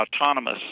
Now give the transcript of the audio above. autonomous